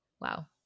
Wow